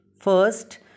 First